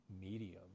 medium